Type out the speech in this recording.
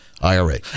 IRA